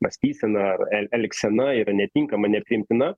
mąstysena ar el elgsena yra netinkama nepriimtina